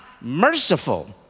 merciful